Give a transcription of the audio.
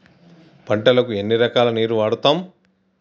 పంటలకు ఎన్ని రకాల నీరు వాడుతం?